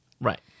right